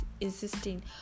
insisting